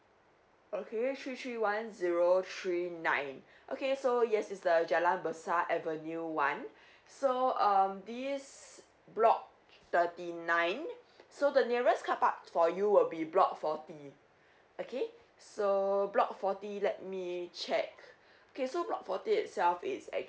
okay three three one zero three nine okay so yes it's the jalan besar avenue one so um this block thirty nine so the nearest carpark for you will be block forty okay so block forty let me check okay so block forty itself it's